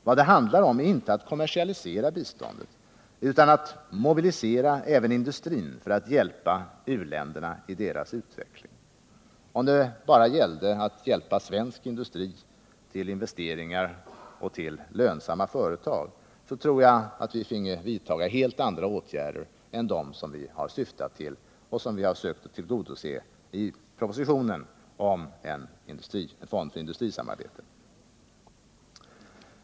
Vad det handlar om är inte att kommersialisera biståndet, utan det handlar om att mobilisera även industrin för att hjälpa u-länderna i deras utveckling. Om det bara gällde att hjälpa svensk industri till investeringar och till lönsamma företag tror jag att vi finge vidta helt andra åtgärder än dem som vi har syftat till och försökt tillgodose i propositionen om en fond för industrisamarbete.